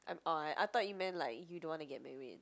I'm alright I thought you meant like you don't want to get married